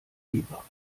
lieber